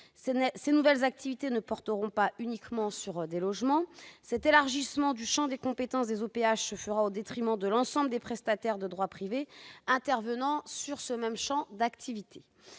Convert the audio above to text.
Ces nouvelles activités ne porteront pas uniquement sur des logements. Cet élargissement du champ de compétences des OPH se fera au détriment de l'ensemble des prestataires de droit privé intervenant dans les mêmes champs d'activité.